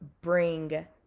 bring